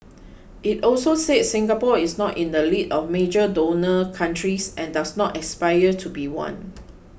it also said Singapore is not in the league of major donor countries and does not aspire to be one